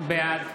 בעד